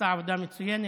שעשתה עבודה מצוינת.